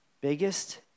biggest